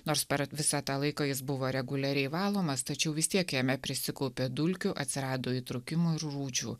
nors per visą tą laiką jis buvo reguliariai valomas tačiau vis tiek jame prisikaupė dulkių atsirado įtrūkimų ir rūdžių